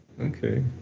Okay